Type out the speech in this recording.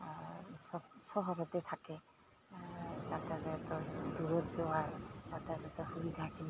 চব চহৰতে থাকে যাতায়তৰ দূৰত যোৱাৰ যাতায়তৰ সুবিধাখিনিও